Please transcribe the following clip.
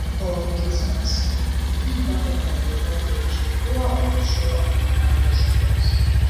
kol ilsimasi jį patariama virve pririšti kuo aukščiau ant medžio šakos